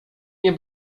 nie